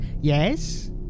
yes